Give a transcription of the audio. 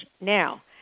Now